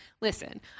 listen